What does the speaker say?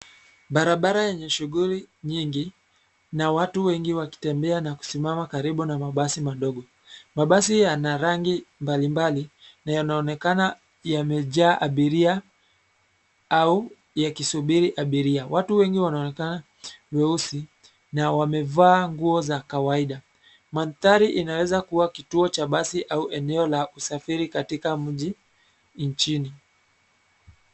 Barabara yenye shughuli nyingi na watu wengi wakitembea na kusimama karibu na mabasi madogo. Mabasi yana rangi mbalimbali na yanaonekana yamejaa abiria au yakisubiri abiria. Watu wengi wanaonekana weusi na wamevaa nguo za kawaida. Mandhari inaweza kuwa kituo cha basi au eneo la kusafiri katika mji nchini.